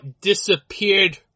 disappeared